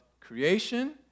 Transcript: creation